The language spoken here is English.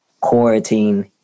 quarantine